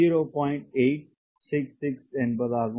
866 என்பதாகும்